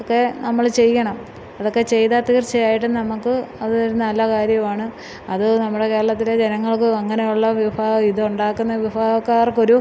ഒക്കെ നമ്മള് ചെയ്യണം അതൊക്കെ ചെയ്താല് തീർച്ചയായിട്ടും നമുക്ക് അത് ഒരു നല്ല കാര്യമാണ് അത് നമ്മുടെ കേരളത്തിലെ ജനങ്ങൾക്ക് അങ്ങനെയുള്ള ഇത് ഉണ്ടാക്കുന്ന വിഭാഗക്കാർക്ക് ഒരു